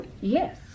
Yes